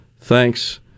thanks